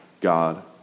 God